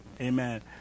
Amen